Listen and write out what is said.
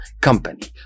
company